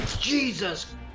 Jesus